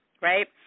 right